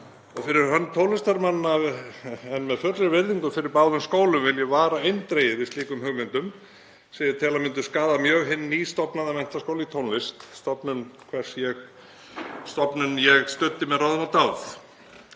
fyrir hönd tónlistarmanna, en með fullri virðingu fyrir báðum skólum, vil ég vara eindregið við slíkum hugmyndum sem ég tel að myndu skaða mjög hin nýstofnaða Menntaskóla í tónlist, stofnun hvers ég studdi með ráðum og dáð.